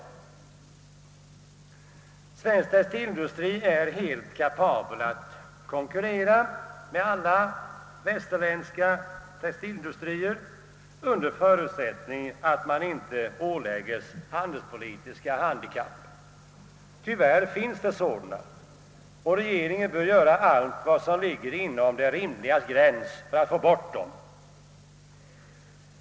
Svensk textilindustri är helt kapabel att konkurrera med alla västerländska textilindustrier under förutsättning att man inte ålägges handelspolitiska handikapp. Tyvärr finns det sådana, och regeringen bör göra allt vad som ligger inom det rimligas gräns för att få bort dem.